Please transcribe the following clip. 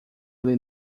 ele